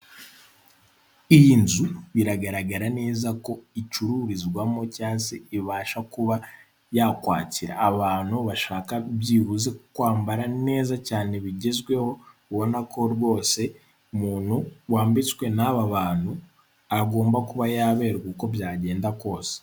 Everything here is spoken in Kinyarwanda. Iyi nzu biragaragara neza ko icururizwamo cyangwa se ibasha kuba yakwakira abantu bashaka byibuze kwambara neza cyane bigezweho ubona ko rwose umuntu wambitswe n'aba bantu agomba kuba yaberwa uko byagenda kose.